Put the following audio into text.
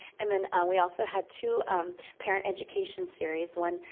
and then we also had two parent education series, one,